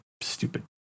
stupid